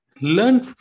learn